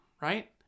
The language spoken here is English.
right